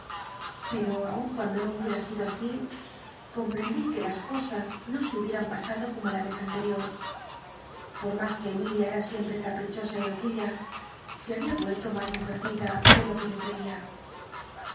pero aun cuando no hubiera sido así comprendí que las cosas no se hubieran pasado como la rez antel'io por mas que emilia era siempre caprichosa y loquilla se había uclto mas mujercita de lo que yo crcia